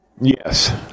Yes